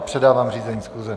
Předávám řízení schůze.